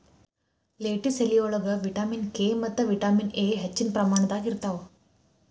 lettuce ಎಲಿಯೊಳಗ vitamin K ಮತ್ತ vitamin A ಹೆಚ್ಚಿನ ಪ್ರಮಾಣದಾಗ ಇರ್ತಾವ